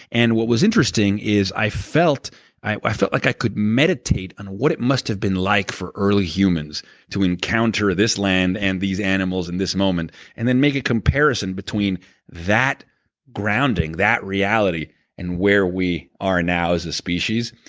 what was interesting is i felt i felt like i could meditate on what it must have been like for early humans to encounter this land and these animals in this moment and then make a comparison between that grounding and that reality and where we are now as a species.